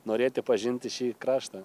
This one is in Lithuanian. norėti pažinti šį kraštą